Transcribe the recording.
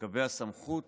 לגבי הסמכות